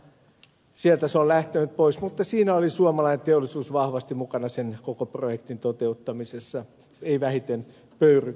se on sieltä lähtenyt pois mutta siinä oli suomalainen teollisuus vahvasti mukana koko projektin toteuttamisessa ei vähiten pöyry consulting